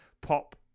pop